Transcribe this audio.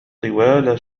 طوال